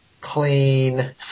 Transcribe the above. clean